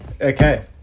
Okay